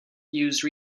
use